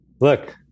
look